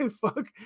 fuck